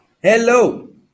Hello